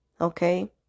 okay